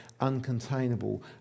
uncontainable